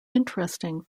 interesting